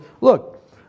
look